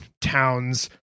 towns